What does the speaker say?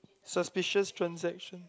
suspicious transactions